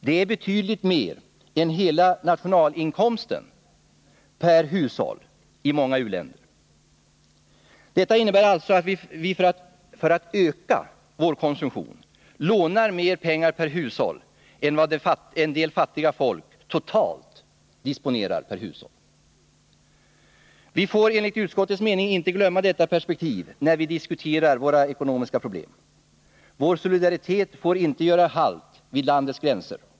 Det är betydligt mer än hela nationalinkomsten per hushåll i många u-länder. Detta innebär alltså att vi för att öka vår konsumtion lånar mer pengar per hushåll än vad en del fattiga folk totalt disponerar per hushåll. Vi får enligt utskottets mening inte glömma detta perspektiv när vi diskuterar våra ekonomiska problem. Vår solidaritet får inte göra halt vid landets gränser.